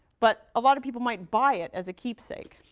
but a lot of people might buy it as a keepsake.